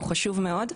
הוא חשוב מאוד.